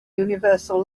universal